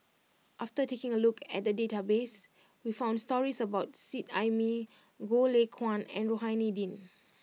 after taking a look at the database we found stories about Seet Ai Mee Goh Lay Kuan and Rohani Din